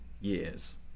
years